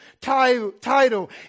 title